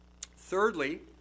Thirdly